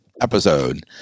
episode